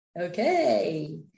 Okay